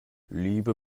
liebe